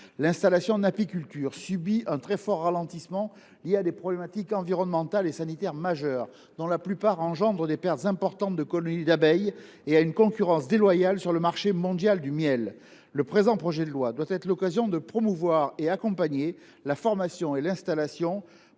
L’installation en apiculture subit un très fort ralentissement lié à des questions environnementales et sanitaires majeures entraînant des pertes importantes de colonies d’abeilles et à une concurrence déloyale sur le marché mondial du miel. Ce projet de loi doit être l’occasion de promouvoir et d’accompagner la formation professionnelle